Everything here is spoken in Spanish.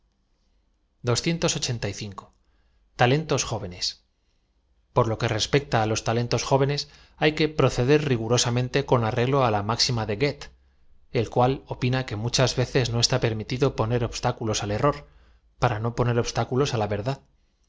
as jóvenes o lo que respecta á los talentos jóyenea h a y que proceder rigurosameate con arreglo á la m áxim a de qoethe el cual opina que muchos veces no eatá permitido poner obstáculos al error p ara no poner obs táculos á la verdad